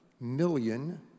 million